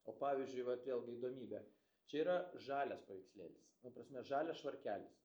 o pavyzdžiui vat vėl gi įdomybė čia yra žalias paveikslėlis nu prasme žalias švarkelis